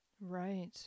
Right